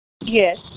Yes